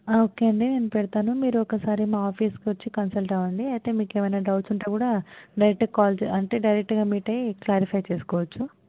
okay అండి నేను పెడతాను మీరు ఒకసారి మా ఆఫీస్కి వచ్చి కన్సల్ట్ అవ్వండి అయితే మీకు ఏమైనా డౌట్స్ ఉంటే కూడా డైరెక్ట్గా కాల్ చెయ్ అంటే డైరెక్టుగా మీట్ అయి క్లారిఫై చేసుకోవచ్చు